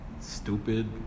stupid